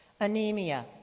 anemia